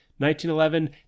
1911